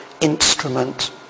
instrument